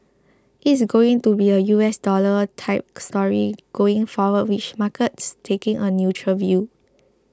it is going to be a U S dollar type story going forward with markets taking a neutral view